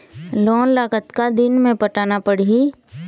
Loan ला कतका दिन मे पटाना पड़ही?